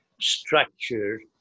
structure